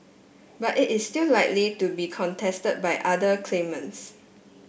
but it is still likely to be contested by other claimants